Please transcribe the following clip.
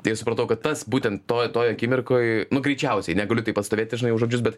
tai aš supratau kad tas būtent toj toj akimirkoj nu greičiausiai negaliu taip atstovėt žinai už žodžius bet